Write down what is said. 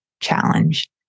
challenge